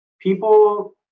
people